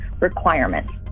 requirements